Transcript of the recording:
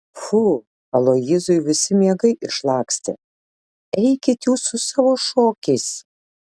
pfu aloyzui visi miegai išlakstė eikit jūs su savo šokiais